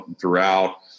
throughout